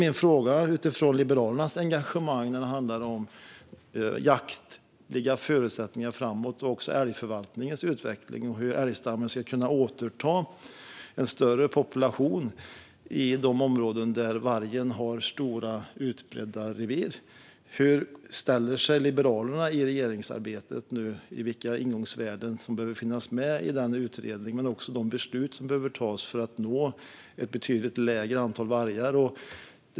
Min fråga, utifrån Liberalernas engagemang när det handlar om jaktens förutsättningar framåt och även älgförvaltningens utveckling och frågan om hur älgstammen ska kunna återfå en större population i de områden där vargen har stora, utbredda revir, är hur Liberalerna nu ställer sig i regeringsarbetet. Det handlar om vilka ingångsvärden som behöver finnas med i utredningen men också om de beslut som behöver tas för att åstadkomma ett betydligt lägre antal vargar.